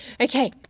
Okay